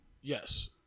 Yes